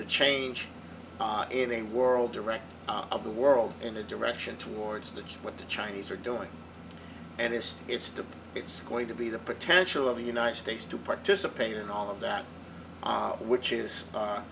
the change in a world direct of the world in a direction towards what the chinese are doing and it's it's to it's going to be the potential of the united states to participate in all of that which is